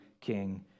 King